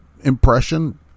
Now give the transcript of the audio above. impression